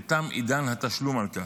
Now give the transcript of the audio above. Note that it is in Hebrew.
ותם עידן התשלום על כך.